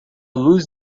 luz